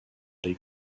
les